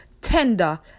tender